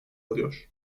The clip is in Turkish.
alıyor